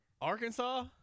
Arkansas